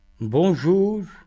Bonjour